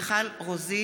נגד מיקי רוזנטל,